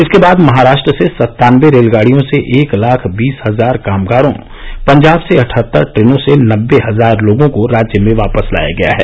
इसके बाद महाराष्ट्र से सत्तानबे रेलगाड़ियों से एक लाख बीस हजार कामगारों पंजाब से अठहत्तर ट्रेनों से नब्बे हजार लोगों को राज्य में वापस लाया गया है